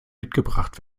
mitgebracht